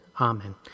Amen